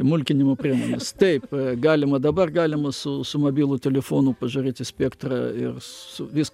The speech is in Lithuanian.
mulkinimo priemonės taip galima dabar galima su su mobilu telefonu pažiūrėti spektrą ir su vis